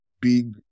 big